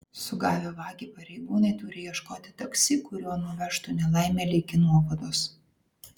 sugavę vagį pareigūnai turi ieškoti taksi kuriuo nuvežtų nelaimėlį iki nuovados